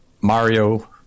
Mario